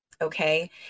Okay